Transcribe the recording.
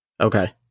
Okay